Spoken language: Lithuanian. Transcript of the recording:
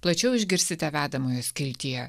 plačiau išgirsite vedamojo skiltyje